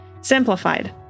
Simplified